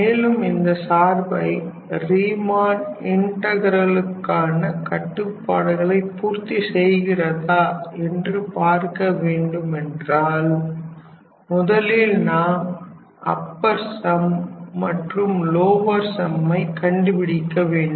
மேலும் இந்த சார்பை ரீமன் இன்டகரலுக்கான கட்டுப்பாடுகளை பூர்த்தி செய்கிறதா என்று பார்க்க வேண்டும் என்றால் முதலில் நாம் அப்பர் சம் மற்றும் லோவர் சம்மை கண்டுபிடிக்க வேண்டும்